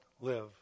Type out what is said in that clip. live